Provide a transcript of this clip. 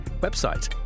website